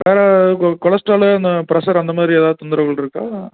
வேறு உங்களுக்கு கொலஸ்ட்டாலு இந்த ப்ரெஷர் அந்தமாதிரி ஏதாவது தொந்தரவுகள் இருக்கா